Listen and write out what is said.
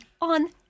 on